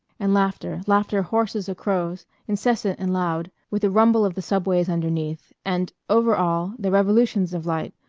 and laughter, laughter hoarse as a crow's, incessant and loud, with the rumble of the subways underneath and over all, the revolutions of light,